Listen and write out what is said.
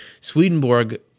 Swedenborg